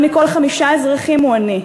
אחד מכל חמישה אזרחים הוא עני.